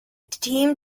team